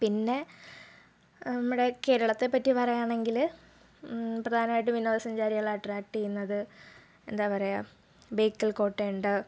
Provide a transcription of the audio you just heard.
പിന്നെ നമ്മുടെ കേരളത്തെ പറ്റി പറയുകയാണെങ്കിൽ പ്രധാനമായിട്ടും വിനോദസഞ്ചാരികളെ അട്രാക്ട് ചെയ്യുന്നത് എന്താണ് പറയുക ബേക്കൽ കോട്ടയുണ്ട്